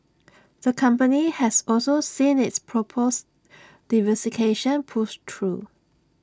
the company has also seen its proposed diversification pushed through